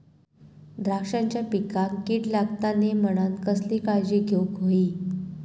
द्राक्षांच्या पिकांक कीड लागता नये म्हणान कसली काळजी घेऊक होई?